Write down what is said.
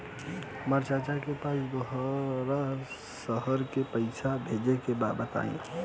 हमरा चाचा के पास दोसरा शहर में पईसा भेजे के बा बताई?